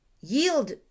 yield